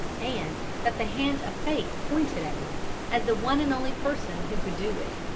and that the hand of fate pointed at me as the one and only person who could do it.